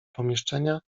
pomieszczenia